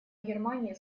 германии